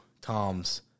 Tom's